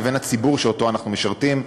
לבין הציבור שאנחנו משרתים.